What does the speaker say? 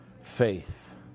Faith